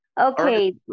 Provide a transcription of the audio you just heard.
Okay